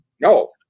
No